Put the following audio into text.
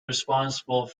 responsible